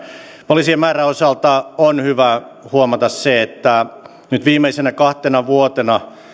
poliisien määrän osalta on hyvä huomata se että nyt viimeisenä kahtena vuotena